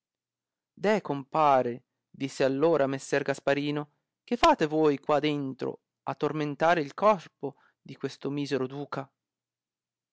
deh compare disse all ora messer gasparino che fate voi qua dentro a tormentare il corpo di questo misero duca